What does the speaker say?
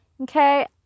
Okay